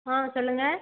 ஆ சொல்லுங்கள்